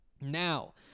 now